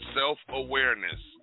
self-awareness